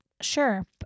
Sure